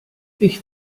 ich